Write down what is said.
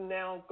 now